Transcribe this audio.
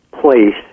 place